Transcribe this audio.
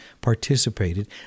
participated